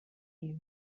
you